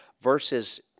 versus